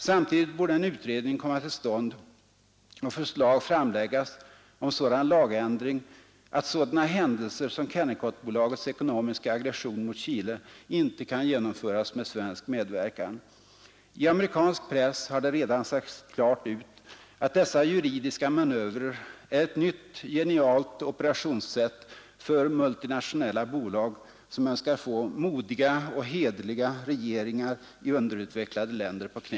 Samtidigt borde en utredning komma till stånd och förslag framläggas om sådan lagändring, att sådana händelser som Kennecott bolagets ekonomiska aggression mot Chile inte kan genomföras med svensk medverkan. I amerikansk press har det klart utsagts att dessa juridiska manövrer är ett nytt genialt operationssätt för multinationella bolag som önskar få modiga och hederliga regeringar i underutvecklade länder på knä.